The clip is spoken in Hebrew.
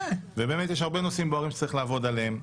ובאמת יש הרבה נושאים שצריך לעבוד עליהם,